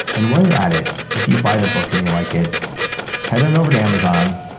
and while you're at it if you buy the book and you like it head on over to amazon,